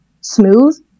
smooth